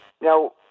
Now